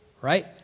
right